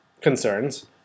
concerns